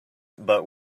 but